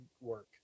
work